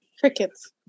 Crickets